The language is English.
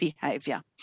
behaviour